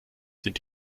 sind